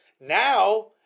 Now